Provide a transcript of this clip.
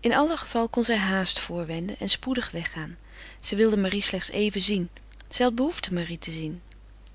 in alle geval kon zij haast voorwenden en spoedig weg gaan zij wilde marie slechts even zien zij had behoefte marie te zien